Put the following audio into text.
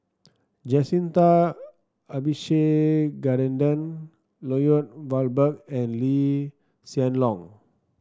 Jacintha Abisheganaden Lloyd Valberg and Lee Hsien Loong